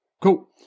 Cool